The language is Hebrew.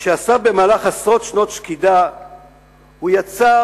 שאסף במהלך עשרות שנות שקידה הוא יצר